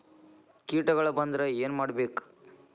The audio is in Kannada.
ಕೇಟಗಳ ಬಂದ್ರ ಏನ್ ಮಾಡ್ಬೇಕ್?